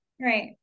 Right